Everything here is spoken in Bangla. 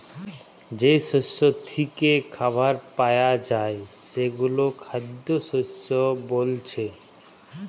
যেই শস্য থিকে খাবার পায়া যায় সেগুলো খাদ্যশস্য বোলছে